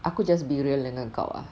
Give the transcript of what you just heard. aku just be real dengan kau ah